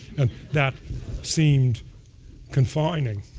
and that seemed confining.